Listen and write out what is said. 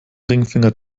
ringfinger